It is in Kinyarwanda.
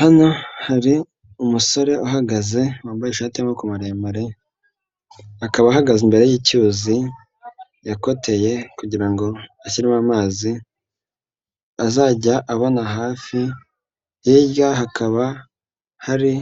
Hano hari umusore uhagaze wambaye ishati y'amaboko maremare, akaba ahagaze imbere y'icyuzi yakoteyeye kugirango ashyiho amazi azajya abona hafi, hirya hakaba hari